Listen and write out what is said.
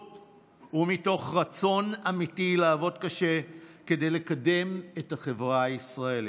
ומתוך רצון אמיתי לעבוד קשה כדי לקדם את החברה הישראלית.